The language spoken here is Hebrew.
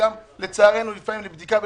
וגם לצערנו לפעמים לבדיקה ולהתאשפז.